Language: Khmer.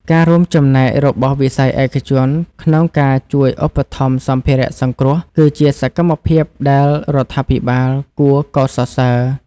ការរួមចំណែករបស់វិស័យឯកជនក្នុងការជួយឧបត្ថម្ភសម្ភារៈសង្គ្រោះគឺជាសកម្មភាពដែលរដ្ឋាភិបាលគួរកោតសរសើរ។